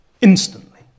instantly